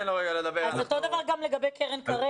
אז אותו דבר גם לגבי קרן קר"ב.